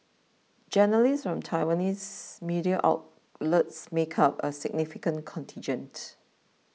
journalists from Taiwanese media outlets make up a significant contingent